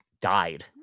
died